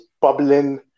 bubbling